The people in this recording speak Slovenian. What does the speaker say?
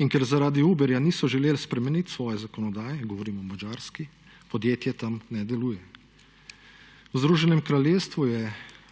In ker zaradi Uberja niso želeli spremeniti svoje zakonodaje, govorim o Madžarski, podjetje tam ne deluje. V Združenem kraljestvu je